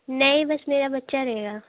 नहीं बस मेरा बच्चा रहेगा